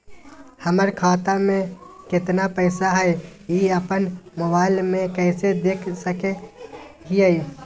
हमर खाता में केतना पैसा हई, ई अपन मोबाईल में कैसे देख सके हियई?